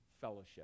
fellowship